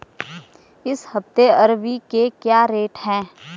इस हफ्ते अरबी के क्या रेट हैं?